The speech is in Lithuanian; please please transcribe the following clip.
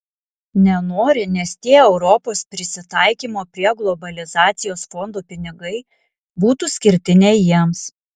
nenori nes tie europos prisitaikymo prie globalizacijos fondo pinigai būtų skirti ne jiems